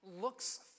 looks